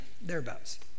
thereabouts